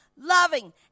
loving